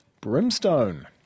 brimstone